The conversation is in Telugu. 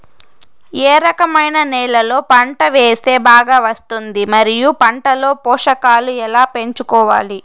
ఏ రకమైన నేలలో పంట వేస్తే బాగా వస్తుంది? మరియు పంట లో పోషకాలు ఎలా పెంచుకోవాలి?